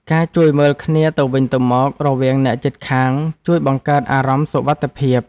ការជួយមើលគ្នាទៅវិញទៅមករវាងអ្នកជិតខាង ជួយបង្កើតអារម្មណ៍សុវត្ថិភាព។